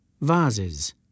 vases